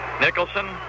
Nicholson